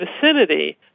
vicinity